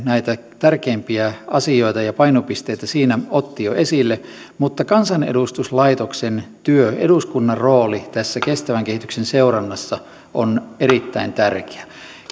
näitä tärkeimpiä asioita ja painopisteitä siinä otti jo esille mutta kansanedustuslaitoksen työ eduskunnan rooli tässä kestävän kehityksen seurannassa on erittäin tärkeä